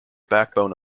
backbone